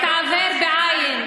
התעוור בעין,